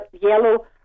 yellow